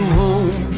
home